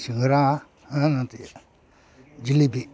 ꯁꯤꯡꯍꯥꯔꯥ ꯅꯠꯇꯦ ꯖꯤꯂꯤꯕꯤ